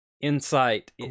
Insight